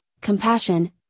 compassion